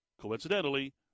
Coincidentally